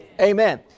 Amen